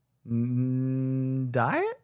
Diet